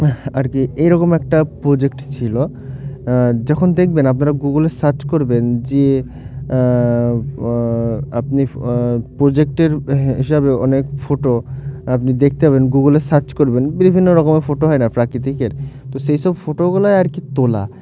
আর কি এইরকম একটা প্রোজেক্ট ছিল যখন দেখবেন আপনারা গুগলে সার্চ করবেন যে আপনি প্রোজেক্টের হিসাবে অনেক ফোটো আপনি দেখতে পাবেন গুগলে সার্চ করবেন বিভিন্ন রকমের ফটো হয় না প্রাকৃতিকের তো সেই সব ফটোগুলোায় আর কি তোলা